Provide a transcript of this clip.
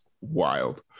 wild